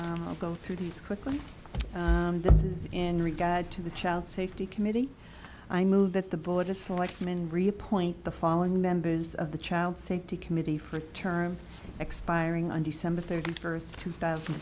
i'll go through these quickly this is in regard to the child safety committee i move that the board of selectmen reappoint the following members of the child safety committee for term expiring on december thirty first two thousand